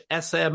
SM